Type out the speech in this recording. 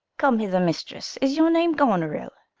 come hither, mistress. is your name goneril?